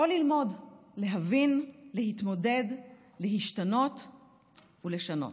או ללמוד, להבין, להתמודד, להשתנות ולשנות.